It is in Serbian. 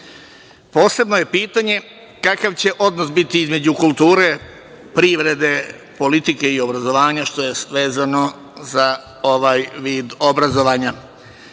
društva. Posebno je pitanje kakav će odnos biti između kulture, privrede, politike i obrazovanja, što je vezano za ovaj vid obrazovanja. Čini